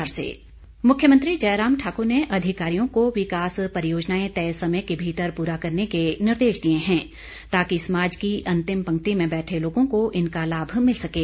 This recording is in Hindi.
मुख्यमंत्री मुख्यमंत्री जयराम ठाक्र ने अधिकारियों को विकास परियोजनाएं तय समय के भीतर प्ररा करने के निर्देश दिए हैं ताकि समाज की अंतिम पंक्ति में बैठे लोगों को इनका लाभ मिल सकें